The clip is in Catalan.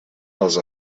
als